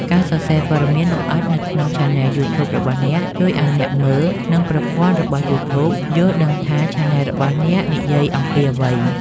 ការសរសេរព័ត៌មានលម្អិតនៅក្នុងឆានែលយូធូបរបស់អ្នក ជួយឱ្យអ្នកមើល និងប្រព័ន្ធរបស់យូធូប យល់ដឹងថាឆានែលរបស់អ្នកនិយាយអំពីអ្វី។